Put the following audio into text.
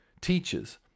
teachers